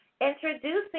Introducing